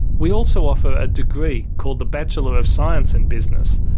we also offer a degree called the bachelor of science and business,